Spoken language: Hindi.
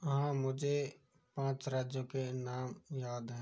हाँ मुझे पाँच राज्यों के नाम याद हैं